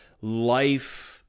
life